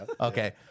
Okay